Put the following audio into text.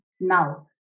Now